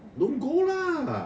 don't go lah